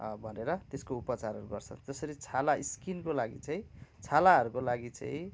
भनेर त्यसको उपचारहरू गर्छ जसरी छाला स्किनको लागि चाहिँ छालाहरूको लागि चाहिँ